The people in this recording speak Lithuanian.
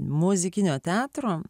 muzikinio teatro